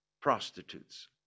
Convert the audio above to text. prostitutes